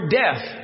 death